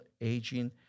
aging